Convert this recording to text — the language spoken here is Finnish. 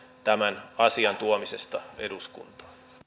tämän asian tuomisesta eduskuntaan